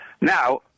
Now